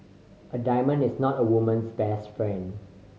a diamond is not a woman's best friend